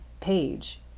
page